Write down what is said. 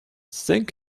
sink